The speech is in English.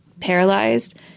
paralyzed